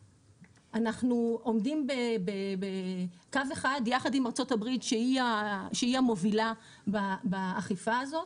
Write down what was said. אנחנו עומדים בקו אחד יחד עם ארצות הברית שהיא המובילה באכיפה הזאת.